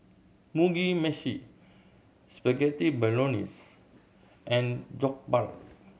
Mugi Meshi Spaghetti Bolognese and Jokbal